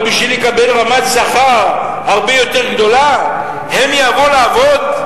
אבל בשביל לקבל שכר הרבה יותר גבוה הם יעברו לעבוד,